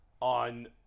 on